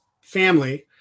family